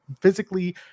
physically